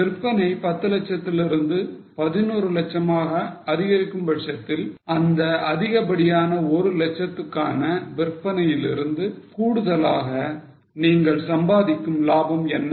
விற்பனை 10 லட்சத்திலிருந்து பதினோரு லட்சமாக அதிகரிக்கும் பட்சத்தில் அந்த அதிகப்படியான ஒரு லட்சத்துக்கான விற்பனையிலிருந்து கூடுதலாக நீங்கள் சம்பாதிக்கும் லாபம் என்ன